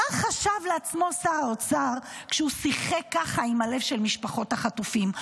מה חשב לעצמו שר האוצר כשהוא שיחק ככה עם הלב של משפחות החטופים?